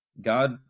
God